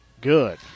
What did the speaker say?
good